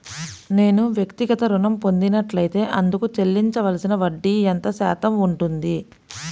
నేను వ్యక్తిగత ఋణం పొందినట్లైతే అందుకు చెల్లించవలసిన వడ్డీ ఎంత శాతం ఉంటుంది?